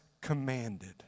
commanded